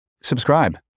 Subscribe